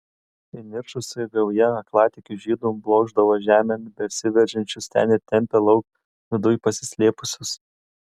įniršusi gauja aklatikių žydų blokšdavo žemėn besiveržiančius ten ir tempė lauk viduj pasislėpusius